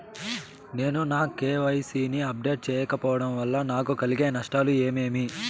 నేను నా కె.వై.సి ని అప్డేట్ సేయకపోవడం వల్ల నాకు కలిగే నష్టాలు ఏమేమీ?